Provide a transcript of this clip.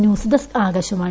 news desk ആകാശവാള